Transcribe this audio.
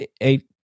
eight